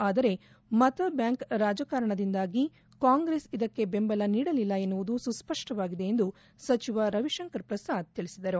ಆದರೆ ಮತಬ್ಬಾಂಕ್ ರಾಜಕಾರಣದಿಂದಾಗಿ ಕಾಂಗ್ರೆಸ್ ಇದಕ್ಕೆ ಬೆಂಬಲ ನೀಡಲಿಲ್ಲ ಎನ್ನುವುದು ಸುಸ್ಪಷ್ಟವಾಗಿದೆ ಎಂದು ಸಚಿವ ರವಿಶಂಕರ್ ಪ್ರಸಾದ್ ತಿಳಿಸಿದರು